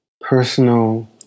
personal